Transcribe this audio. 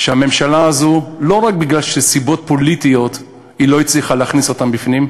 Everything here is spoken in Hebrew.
שהממשלה הזאת לא רק בגלל סיבות פוליטיות לא הצליחה להכניס אותם פנימה,